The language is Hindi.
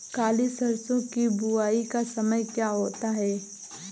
काली सरसो की बुवाई का समय क्या होता है?